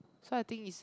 so I think is